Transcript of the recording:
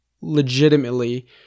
legitimately